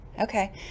Okay